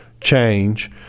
change